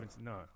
No